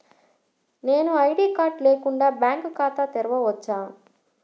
నేను ID card లేకుండా bank ఖాతా తెరవచ్చా?